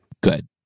good